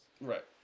Right